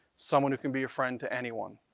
someone who can be a friend to anyone.